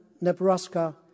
Nebraska